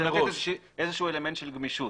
לתת איזשהו אלמנט של גמישות.